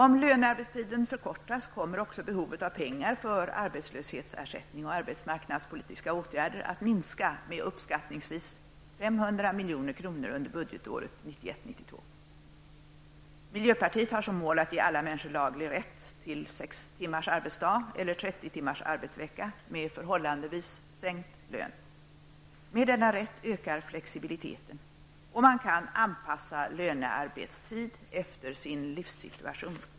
Om lönearbetstiden förkortas kommer också behovet av pengar för arbetslöshetsersättning och arbetsmarknadspolitiska åtgärder att minska med uppskattningsvis 500 milj.kr. under budgetåret Miljöpartiet har som mål att ge alla människor laglig rätt till 6 timmars arbetsdag eller 30 timmars arbetsvecka med förhållandevis sänkt lön. Med denna rätt ökar flexibiliteten och man kan anpassa lönearbetstiden efter sin livssituation.